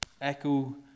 echo